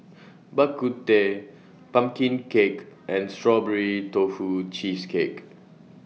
Bak Kut Teh Pumpkin Cake and Strawberry Tofu Cheesecake